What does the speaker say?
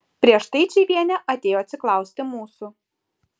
prieš tai čyvienė atėjo atsiklausti mūsų